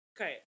Okay